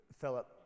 Philip